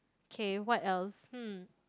okay what else